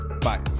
Bye